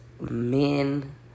men